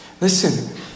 Listen